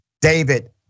David